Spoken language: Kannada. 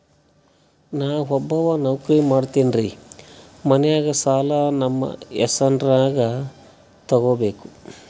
ನಾ ಒಬ್ಬವ ನೌಕ್ರಿ ಮಾಡತೆನ್ರಿ ಮನ್ಯಗ ಸಾಲಾ ನಮ್ ಹೆಸ್ರನ್ಯಾಗ ತೊಗೊಬೇಕ?